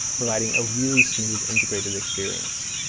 providing a really smooth integrated experience.